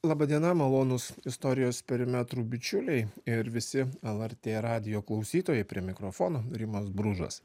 laba diena malonūs istorijos perimetrų bičiuliai ir visi lrt radijo klausytojai prie mikrofono rimas bružas